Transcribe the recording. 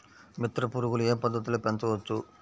మిత్ర పురుగులు ఏ పద్దతిలో పెంచవచ్చు?